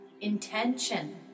intention